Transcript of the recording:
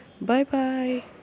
Bye-bye